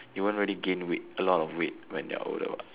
you won't really gain weight a lot of weight when you're older what